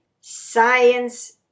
science